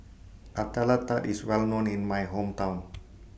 Nutella Tart IS Well known in My Hometown